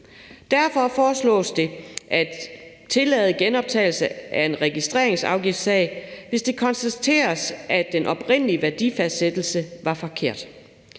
Derfor foreslås det at tillade genoptagelse af en registreringsafgiftssag, hvis det konstateres, at den oprindelige værdifastsættelse var forkert.